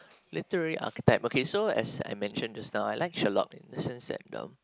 literary architect okay so as I mention just now I like Sherlock in the sense that the